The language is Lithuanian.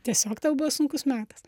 tiesiog tau buvo sunkus metas